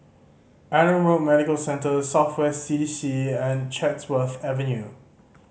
Adam Road Medical Centre South West C D C and Chatsworth Avenue